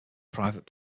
private